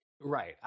Right